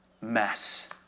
mess